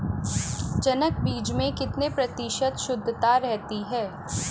जनक बीज में कितने प्रतिशत शुद्धता रहती है?